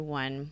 one